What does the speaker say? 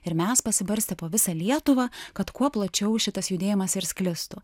ir mes pasibarstę po visą lietuvą kad kuo plačiau šitas judėjimas ir sklistų